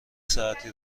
ساعتی